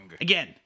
Again